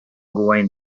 going